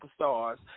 superstars